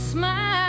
Smile